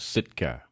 Sitka